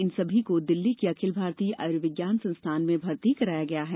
इन सभी को दिल्ली के अखिल भारतीय आयुर्विज्ञान संस्थान में भर्ती कराया गया है